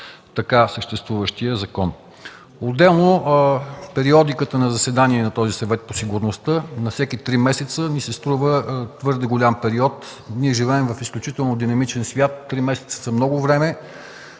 законопроекта. Отделно периодиката на заседанията на Съвета по сигурността – на всеки три месеца, ни се струва твърде голям период. Ние живеем в изключително динамичен свят, три месеца са много време.